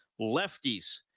lefties